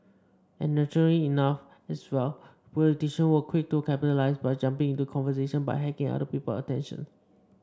and naturally enough as well politician were quick to capitalise by jumping into the conversation by hacking other people attention